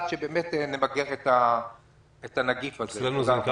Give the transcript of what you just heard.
עד שבאמת נמגר את הנגיף הזה.